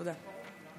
תודה.